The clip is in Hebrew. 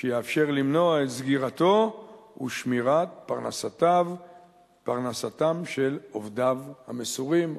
שיאפשר למנוע את סגירתו ולשמור על פרנסתם של עובדיו המסורים,